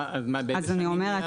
מה באיזה שנים?